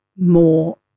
more